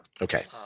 Okay